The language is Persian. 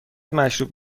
مشروب